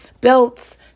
belts